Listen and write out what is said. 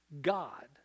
God